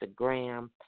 Instagram